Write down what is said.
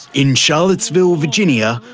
in charlottesville, virginia,